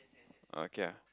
oh okay ah